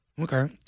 Okay